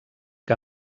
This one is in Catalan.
que